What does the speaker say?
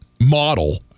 model